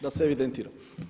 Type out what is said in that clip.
Da se evidentira.